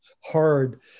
hard